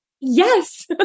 Yes